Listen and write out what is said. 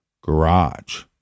garage